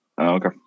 Okay